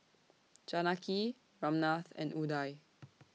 Janaki Ramnath and Udai